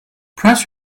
press